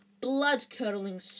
blood-curdling